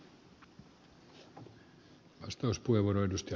arvoisa puhemies